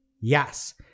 Yes